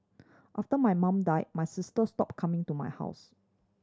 after my mum died my sister stopped coming to my house